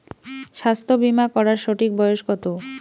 স্বাস্থ্য বীমা করার সঠিক বয়স কত?